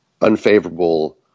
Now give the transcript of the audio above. unfavorable